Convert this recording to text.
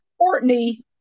Courtney